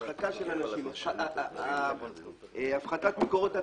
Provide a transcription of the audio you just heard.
הרחקה של אנשים, הפחתת מקורות הצתה,